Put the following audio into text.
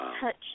touch